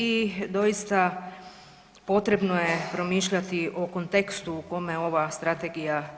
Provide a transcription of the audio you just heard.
I doista, potrebno je promišljati o kontekstu u kome se ova strategija